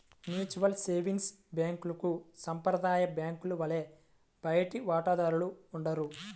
mutual savings బ్యాంక్లకు సాంప్రదాయ బ్యాంకుల వలె బయటి వాటాదారులు ఉండరు